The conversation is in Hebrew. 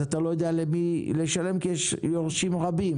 אז אתה לא יודע למי לשלם כי יש יורשים רבים,